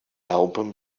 album